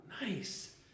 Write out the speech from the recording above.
Nice